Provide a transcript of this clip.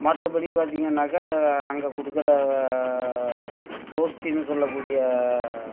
மற்றபடி பார்த்தீங்கன்னாக்க அங்கே கொடுக்கற ஓஸ்த்தின்னு சொல்லக்கூடிய